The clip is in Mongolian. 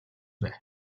байв